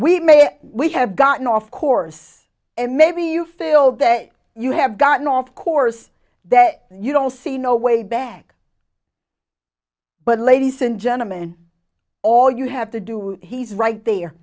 may we have gotten off course and maybe you feel that you have gotten off course that you don't see no way back but ladies and gentlemen all you have to do he's right there